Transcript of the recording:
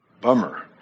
bummer